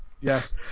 Yes